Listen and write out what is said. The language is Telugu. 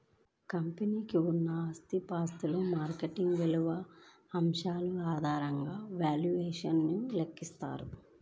కంపెనీకి ఉన్న ఆస్తుల ప్రస్తుత మార్కెట్ విలువ వంటి అంశాల ఆధారంగా వాల్యుయేషన్ ను లెక్కిస్తారు